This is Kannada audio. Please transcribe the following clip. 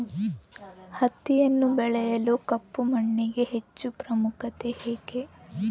ಹತ್ತಿಯನ್ನು ಬೆಳೆಯಲು ಕಪ್ಪು ಮಣ್ಣಿಗೆ ಹೆಚ್ಚು ಪ್ರಾಮುಖ್ಯತೆ ಏಕೆ?